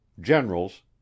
generals